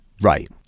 Right